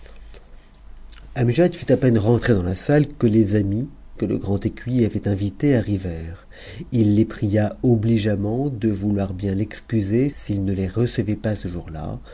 fut à peine rentre dans la salle que les amis que le grand ycr avait invités arrivèrent il les pria ohigeamment de vouloir bien cusprs'it ne les recevait pas ce jour-là